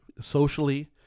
socially